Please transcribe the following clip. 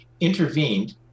intervened